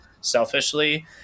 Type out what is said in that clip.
selfishly